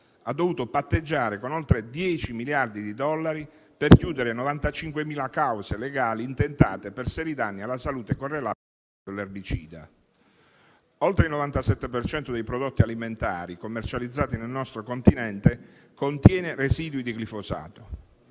ha dovuto patteggiare con oltre 10 miliardi di dollari per chiudere 95.000 cause legali intentate per seri danni alla salute correlati all'uso dell'erbicida. Oltre il 97 per cento dei prodotti alimentari commercializzati nel nostro continente contiene residui di glifosato.